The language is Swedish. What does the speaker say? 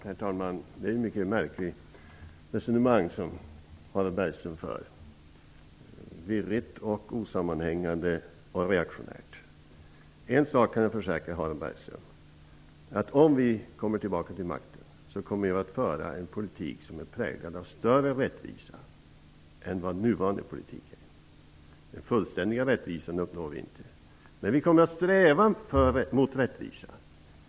Herr talman! Det är ett mycket märkligt resonemang som Harald Bergström för, virrigt, osammanhängande och reaktionärt. En sak kan jag försäkra Harald Bergström. Om vi kommer tillbaka till makten, kommer vi att föra en politik som är präglad av större rättvisa än vad nuvarande politik är. Den fullständiga rättvisan uppnår vi inte, men vi kommer att sträva mot rättvisa.